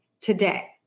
today